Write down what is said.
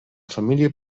família